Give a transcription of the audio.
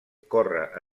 corre